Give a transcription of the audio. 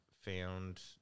found